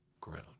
ground